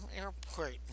airport